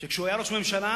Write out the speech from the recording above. שכשהוא היה ראש ממשלה